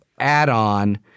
add-on